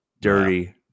dirty